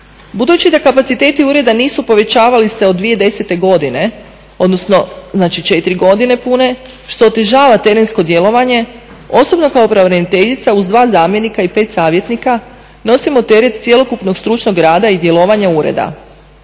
Budući da kapaciteti ureda nisu povećavali se od 2010. godine, odnosno znači 4 godine pune, što otežava terensko djelovanje, osobno kao pravobraniteljica uz dva zamjenika i pet savjetnika nosimo teret cjelokupnog stručnog rada i djelovanja ureda.